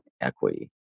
equity